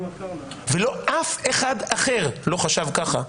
ולא אף אחד אחר חשב ככה.